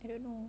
I don't know